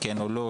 כן או לא,